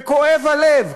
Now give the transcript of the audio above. וכואב הלב,